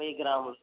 వెయ్యి గ్రాములు